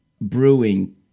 Brewing